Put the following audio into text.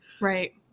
Right